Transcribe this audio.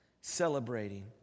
celebrating